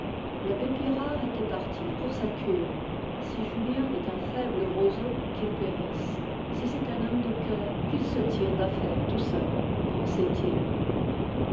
l'abbé pirard était parti pour sa cure si julien est un faible roseau qu'il périsse si c'est un homme de coeur qu'il se tire d'affaire tout seul pensait-il